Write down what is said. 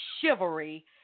chivalry